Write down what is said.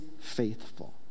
faithful